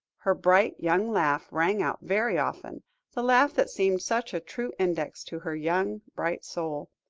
her bright young laugh rang out very often the laugh that seemed such a true index to her young, bright soul.